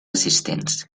assistents